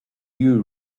you